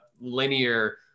linear